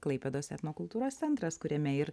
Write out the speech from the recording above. klaipėdos etnokultūros centras kuriame ir